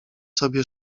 sobie